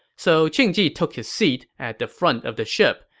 so qing ji took his seat at the front of the ship,